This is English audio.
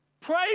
Pray